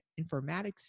Informatics